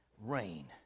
rain